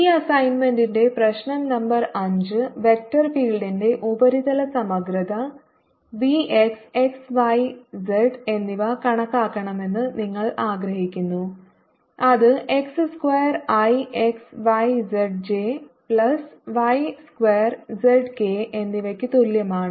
ഈ അസൈന്മെന്റിന്റെ പ്രശ്നം നമ്പർ 5 വെക്റ്റർ ഫീൽഡിന്റെ ഉപരിതല സമഗ്രത V x y z എന്നിവ കണക്കാക്കണമെന്ന് നിങ്ങൾ ആഗ്രഹിക്കുന്നു അത് x square i x y z j plus y square z k എന്നിവയ്ക്ക് തുല്യമാണ്